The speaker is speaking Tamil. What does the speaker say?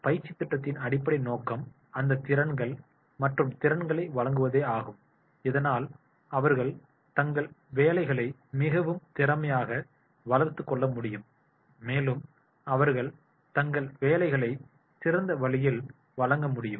பயிற்சித் திட்டத்தின் அடிப்படை நோக்கம் அந்தத் திறன்கள் மற்றும் திறன்களை வழங்குவதேயாகும் இதனால் அவர்கள் தங்கள் வேலைகளை மிகவும் திறமையாக வளர்த்துக் கொள்ள முடியும் மேலும் அவர்கள் தங்கள் வேலைகளை சிறந்த வழியில் வழங்க முடியும்